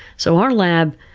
so our lab,